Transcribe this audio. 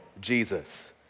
Jesus